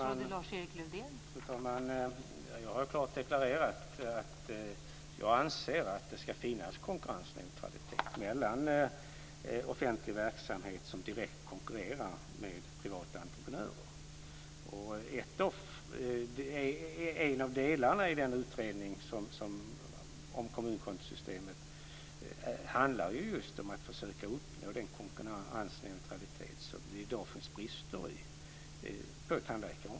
Fru talman! Jag har klart deklarerat att jag anser att det ska finnas konkurrensneutralitet i fråga om offentlig verksamhet som direkt konkurrerar med privata entreprenörer. En av delarna i utredningen om kommunkontosystemet handlar just om att försöka uppnå den konkurrensneutralitet som det i dag finns brister i bl.a. på tandläkarområdet.